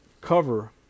cover